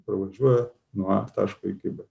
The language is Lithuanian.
pravažiuoja nuo taško iki bet